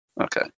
Okay